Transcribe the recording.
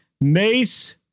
Mace